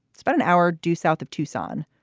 it's about an hour due south of tucson.